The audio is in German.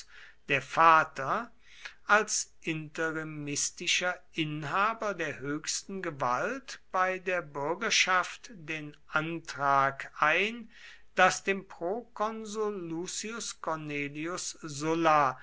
der vater als interimistischer inhaber der höchsten gewalt bei der bürgerschaft den antrag ein daß dem prokonsul lucius cornelius sulla